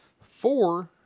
Four